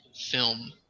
film